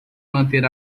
manter